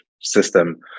system